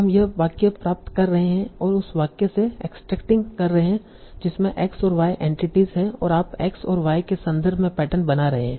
तो हम यह वाक्य प्राप्त कर रहे हैं और उस वाक्य से एक्सट्रेकटिंग कर रहे हैं जिसमे X और Y एंटिटीस हैं और आप X और Y के संदर्भ में पैटर्न बना रहे हैं